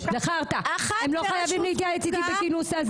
הם לא חייבים להתייעץ איתי בכינוס.